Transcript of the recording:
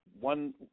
one